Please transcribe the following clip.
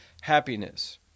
happiness